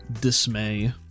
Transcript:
dismay